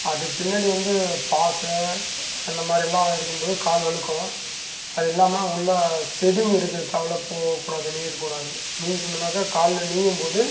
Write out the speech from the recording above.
அதுக்கு பின்னாடி வந்து பாசி இந்த மாதிரிலாம் இருக்கும்போது கால் வழுக்கும் அது இல்லாமல் ஃபுல்லாக செடி போகக்கூடாது நீயக்கூடாது நீஞ்சோம்னாக்கால் காலில் நீயும்போது